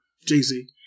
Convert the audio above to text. Jay-Z